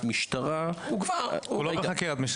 משטרה --- הוא כבר לא בחקירת משטרה,